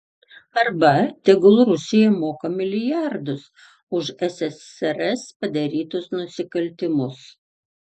arba tegul rusija moka milijardus už ssrs padarytus nusikaltimus